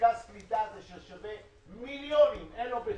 מרכז הקליטה ששווה מיליונים, שאין לו מחיר,